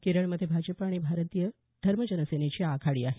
केरळमध्ये भाजप आणि भारतीय धर्म जन सेनेची आघाडी आहे